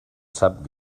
sap